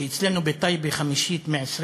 כי אצלנו בטייבה חמישית מ-20